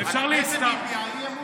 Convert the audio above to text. אפשר להצטרף?